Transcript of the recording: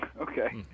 okay